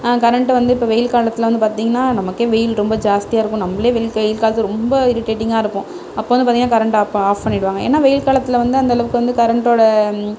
current வந்து இப்போ வெயில் காலத்தில் வந்து பார்த்தீங்கன்னா நமக்கே வெயில் ரொம்ப ஜாஸ்தியாக இருக்கும் நம்மளே வெயில் காலத்தில் ரொம்ப இரிடேட்டிங்காக இருப்போம் அப்போ வந்து பார்த்தீங்கன்னா கரெண்ட் ஆப் ஆஃப் பண்ணிவிடுவாங்க ஏன்னா வெயில் காலத்தில் வந்து அந்தளவுக்கு வந்து கரெண்ட்டோடய